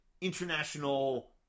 international